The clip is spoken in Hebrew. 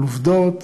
על עובדות,